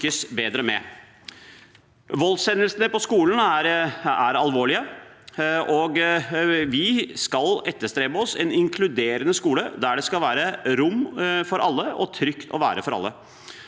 Voldshendelsene i skolen er alvorlige, og vi skal etterstrebe en inkluderende skole der det skal være rom for alle og trygt å være for alle.